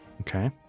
Okay